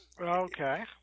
Okay